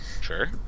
Sure